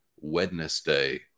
wednesday